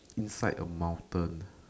inside a mountain